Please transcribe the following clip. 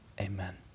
Amen